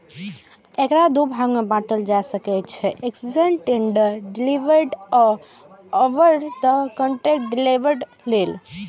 एकरा दू भाग मे बांटल जा सकै छै, एक्सचेंड ट्रेडेड डेरिवेटिव आ ओवर द काउंटर डेरेवेटिव लेल